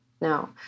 No